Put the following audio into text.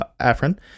Afrin